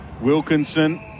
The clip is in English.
Wilkinson